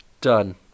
Done